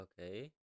Okay